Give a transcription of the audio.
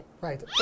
Right